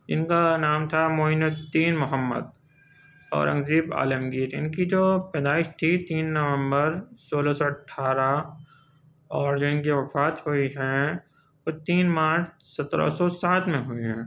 اِن کا نام تھا معین الدّین محمد آرنگ زیب عالمگیر اِن کی جو پیدائش تھی تین نومبر سولہ سو اٹھارہ اور جو اِن کی وفات ہوئی ہے وہ تین مارچ سترہ سو سات میں ہوئی ہے